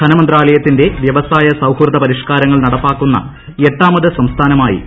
ധനമന്ത്രാലയത്തിന്റെ വ്യവസായ സൌഹൃദ പരിഷ്കാരങ്ങൾ നടപ്പാക്കുന്ന എട്ടാമത് സംസ്ഥാനമായി കേരളം